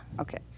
Okay